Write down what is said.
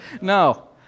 No